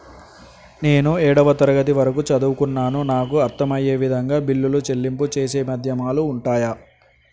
నేను ఏడవ తరగతి వరకు చదువుకున్నాను నాకు అర్దం అయ్యే విధంగా బిల్లుల చెల్లింపు చేసే మాధ్యమాలు ఉంటయా?